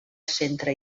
centre